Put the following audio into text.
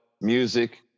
music